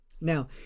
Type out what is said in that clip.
Now